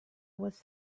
was